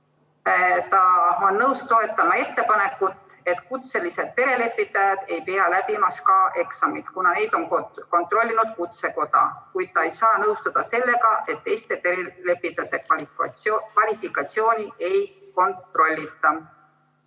Ta on nõus toetama ettepanekut, et kutselised perelepitajad ei pea läbima SKA eksamit, kuna neid on kontrollinud kutsekoda, kuid ta ei saa nõustuda sellega, et teiste perelepitajate kvalifikatsiooni ei kontrollita.